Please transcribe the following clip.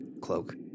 cloak